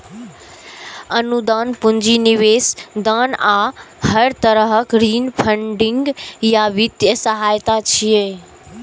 अनुदान, पूंजी निवेश, दान आ हर तरहक ऋण फंडिंग या वित्तीय सहायता छियै